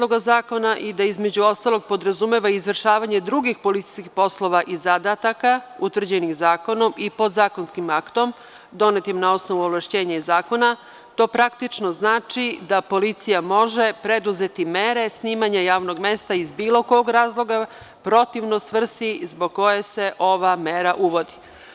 zakona i da, između ostalog, podrazumeva i izvršavanje drugih policijskih poslova i zadataka utvrđenih zakonom i podzakonskim aktom donetim na osnovu ovlašćenja iz zakona, to praktično znači da policija može preduzeti mere snimanja javnog mesta iz bilo kog razloga protivno svrsi zbog koje se ova mera uvodi.